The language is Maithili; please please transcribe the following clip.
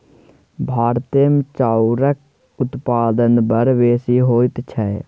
भारतमे चाउरक उत्पादन बड़ बेसी होइत छै